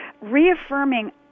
reaffirming